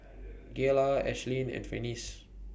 Gayla Ashlynn and Finis